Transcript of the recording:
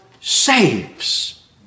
saves